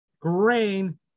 grain